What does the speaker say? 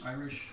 Irish